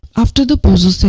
after the poses